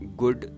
good